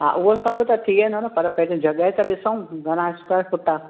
हा उहो सभु त थी वेंदो न पर पहिरियों जॻहि त ॾिसूं घणा स्क्वायर फुट आहे